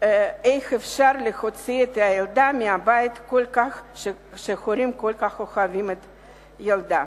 אפשר להוציא את הילדה מהבית כשההורים כל כך אוהבים את הילדה.